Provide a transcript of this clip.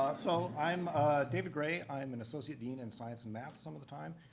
um so i'm david gray. i'm an associate dean in science and math some of the time,